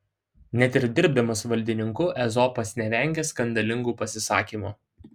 net ir dirbdamas valdininku ezopas nevengia skandalingų pasisakymų